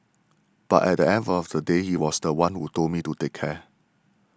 but at the end of the day he was the one who told me to take care